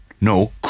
No